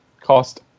cost